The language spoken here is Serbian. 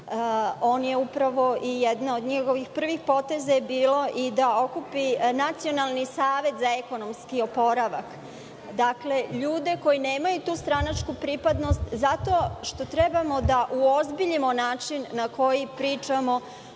On je upravo i jedan od njegovih prvih poteza je bio i da okupi Nacionalni savet za ekonomski oporavak, dakle, ljude koji nemaju tu stranačku pripadnost, zato što trebamo da uozbiljimo način na koji pričamo